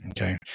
Okay